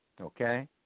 okay